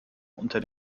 unter